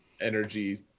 energy